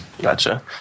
Gotcha